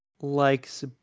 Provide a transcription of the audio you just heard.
likes